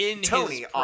Tony